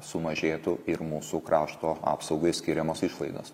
sumažėtų ir mūsų krašto apsaugai skiriamos išlaidos